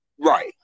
right